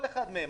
כל אחד מהם,